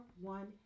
one